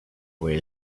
where